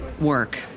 work